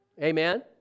Amen